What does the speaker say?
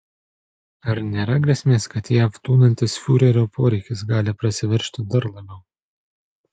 ar nėra grėsmės kad jav tūnantis fiurerio poreikis gali prasiveržti dar labiau